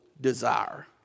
desire